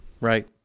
right